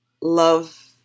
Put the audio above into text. love